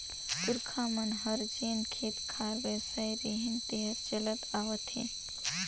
पूरखा मन हर जेन खेत खार बेसाय रिहिन तेहर चलत आवत हे